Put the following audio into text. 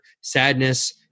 sadness